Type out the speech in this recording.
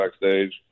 backstage